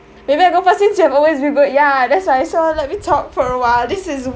maybe I go first since you have always yeah that's why so let me talk for a while this is